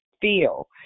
feel